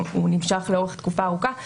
הוא נמשך לאורך תקופה ארוכה,